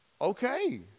okay